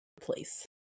place